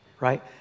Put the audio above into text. right